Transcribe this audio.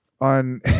on